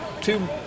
two